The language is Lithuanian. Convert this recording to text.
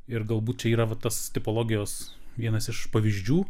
ir galbūt čia yra va tas tipologijos vienas iš pavyzdžių